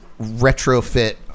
Retrofit